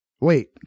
Wait